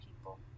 people